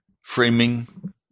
framing